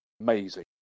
amazing